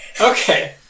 Okay